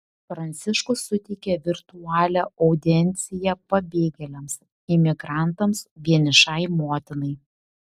pranciškus suteikė virtualią audienciją pabėgėliams imigrantams vienišai motinai